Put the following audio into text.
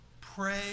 pray